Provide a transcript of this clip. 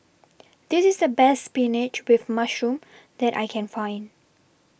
This IS The Best Spinach with Mushroom that I Can Find